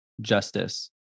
justice